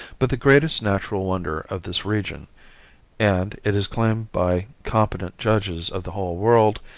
but the greatest natural wonder of this region and, it is claimed by competent judges of the whole world,